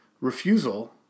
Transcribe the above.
refusal